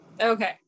okay